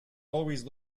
always